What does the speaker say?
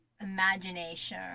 imagination